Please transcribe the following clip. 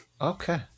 okay